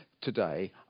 today